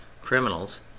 criminals